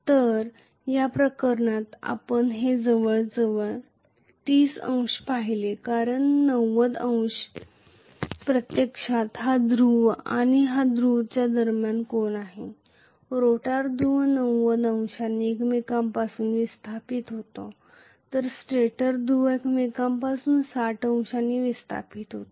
तर या प्रकरणात आपण हे जवळजवळ 30 अंश पाहिले कारण 90 अंश प्रत्यक्षात हा ध्रुव आणि या ध्रुव दरम्यानचा कोन आहे रोटर ध्रुव 90 अंशांनी एकमेकांपासून विस्थापित होतो तर स्टेटर ध्रुव एकमेकांपासून 60 अंशांनी विस्थापित होते